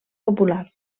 popular